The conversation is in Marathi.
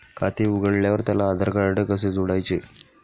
खाते उघडल्यावर त्याला आधारकार्ड कसे जोडायचे?